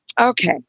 Okay